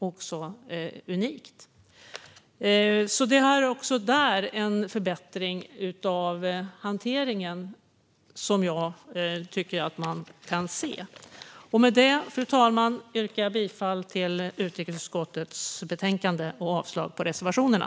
Också där tycker jag att man kan se en förbättring av hanteringen. Fru talman! Med det yrkar jag bifall till utrikesutskottets förslag i betänkandet och avslag på reservationerna.